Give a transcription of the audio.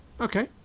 Okay